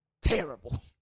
terrible